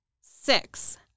Six